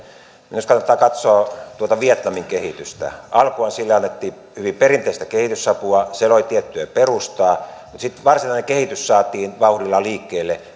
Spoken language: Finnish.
minusta kannattaa katsoa vietnamin kehitystä alkuunhan sille annettiin hyvin perinteistä kehitysapua siellä oli tiettyä perustaa mutta sitten varsinainen kehitys saatiin vauhdilla liikkeelle